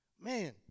Man